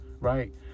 Right